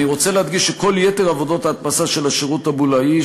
אני רוצה להדגיש שכל יתר עבודות ההדפסה של השירות הבולאי,